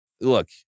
look